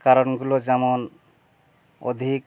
কারণগুলো যেমন অধিক